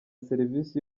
serivisi